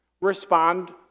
respond